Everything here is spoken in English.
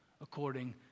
according